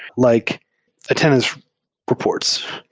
like attendance reports,